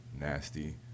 nasty